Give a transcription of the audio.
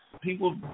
people